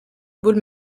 ball